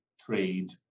trade